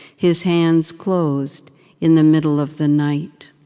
his hands closed in the middle of the night